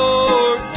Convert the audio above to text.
Lord